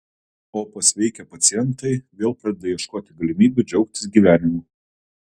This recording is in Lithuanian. o pasveikę pacientai vėl pradeda ieškoti galimybių džiaugtis gyvenimu